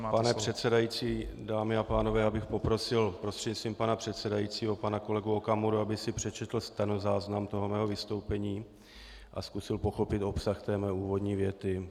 Pane předsedající, dámy a pánové, já bych poprosil prostřednictvím pana předsedajícího pana kolegu Okamuru, aby si přečetl stenozáznam toho mého vystoupení a zkusil pochopit obsah mé úvodní věty.